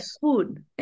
food